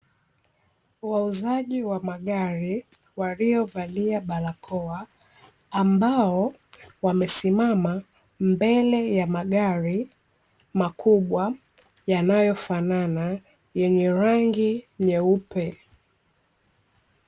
Wauzaji wa magari waliovalia barakoa, ambao wamesimama mbele ya magari makubwa yanayofanana, yenye rangi nyeupe.